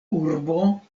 urbo